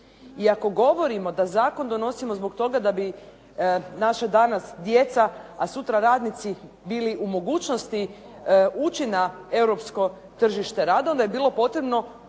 I ako govorimo da zakon donosimo zbog toga da bi naša danas djeca, a sutra radnici, bili u mogućnosti ući na europsko tržište rada onda je bilo potrebno